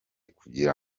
kugira